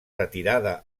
retirada